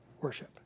Worship